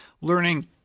learning